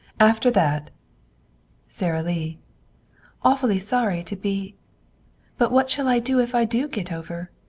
after that sara lee awfully sorry to be but what shall i do if i do get over?